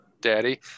daddy